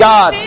God